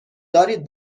دارید